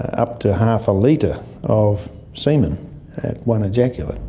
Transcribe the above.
up to half a litre of semen at one ejaculate.